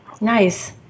Nice